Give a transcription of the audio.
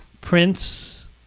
Prince